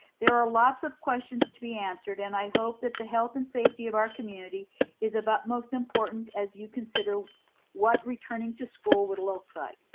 there are lots of questions to be answered and i hope that the health and safety of our community is of utmost importance as you consider what returning to school would look like.